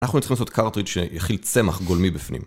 אנחנו צריכים לעשות קארטריג׳ שיכיל צמח גולמי בפנים